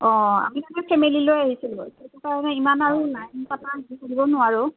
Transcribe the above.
অঁ আমি তাৰমানে ফেমিলি লৈ আহিছিলোঁ সেইটো কাৰণে ইমান আৰু লাইন পতা থাকিব নোৱাৰোঁ